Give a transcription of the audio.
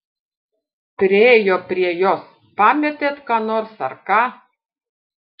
priėjo prie jos pametėt ką nors ar ką